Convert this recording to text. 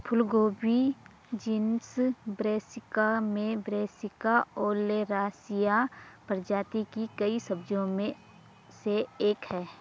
फूलगोभी genus Brassica में Brassica oleracea प्रजाति की कई सब्जियों में से एक है